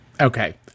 Okay